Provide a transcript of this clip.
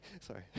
sorry